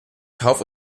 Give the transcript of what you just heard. kauf